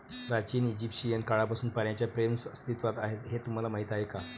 प्राचीन इजिप्शियन काळापासून पाण्याच्या फ्रेम्स अस्तित्वात आहेत हे तुम्हाला माहीत आहे का?